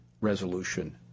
resolution